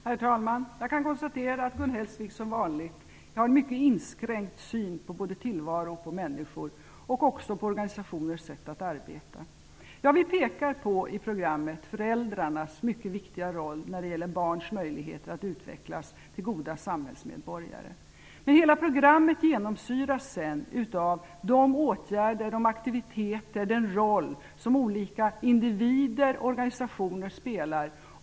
Herr talman! Jag kan konstatera att Gun Hellsvik som vanligt har en mycket inskränkt syn på både tillvaron och människor, och också på organisationers sätt att arbeta. Vi pekar i programmet på föräldrarnas mycket viktiga roll när det gäller barns möjligheter att utvecklas till goda samhällsmedborgare. Hela programmet genomsyras sedan av åtgärder och aktiviteter och den roll som olika individer och organisationer spelar.